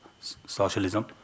socialism